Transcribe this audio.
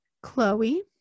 Chloe